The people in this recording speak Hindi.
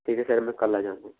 ठीक है सर मैं कल आ जाऊँगा